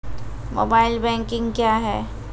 Mobile banking क्या हैं?